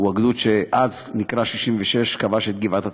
הוא הגדוד שאז, כשנקרא 66, כבש את גבעת התחמושת,